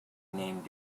name